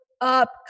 up